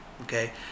Okay